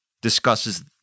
discusses